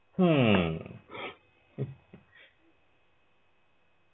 hmm